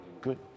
Good